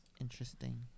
Interesting